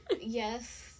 yes